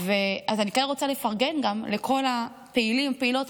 אז אני כן רוצה לפרגן גם לכל הפעילים והפעילות,